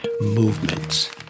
movements